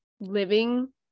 living